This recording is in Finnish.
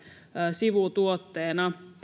sivutuotteena